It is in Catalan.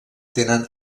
tenen